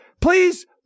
Please